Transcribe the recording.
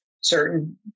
certain